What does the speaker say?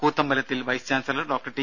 കൂത്തമ്പലത്തിൽ vice chancellor doctor T